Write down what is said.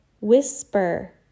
Whisper